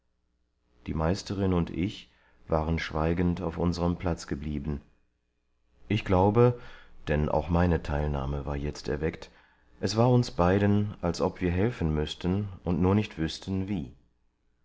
die meisterin und ich waren schweigend auf unserem platz geblieben ich glaube denn auch meine teilnahme war jetzt erweckt es war uns beiden als ob wir helfen müßten und nur nicht wüßten wie